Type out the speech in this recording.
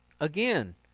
Again